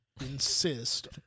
insist